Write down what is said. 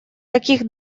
таких